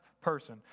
person